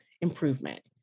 improvement